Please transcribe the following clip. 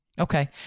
Okay